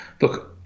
look